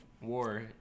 war